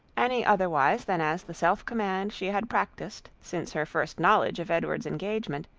any otherwise than as the self-command she had practised since her first knowledge of edward's engagement,